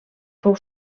fou